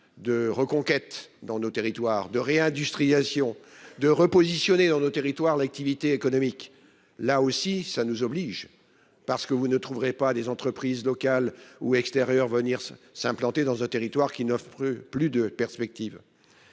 de reconquête dans nos territoires de réindustrialisation de repositionner dans nos territoires, l'activité économique là aussi ça nous oblige. Parce que vous ne trouverez pas des entreprises locales ou extérieur venir s'implanter dans un territoire qui n'offrent plus de perspectives.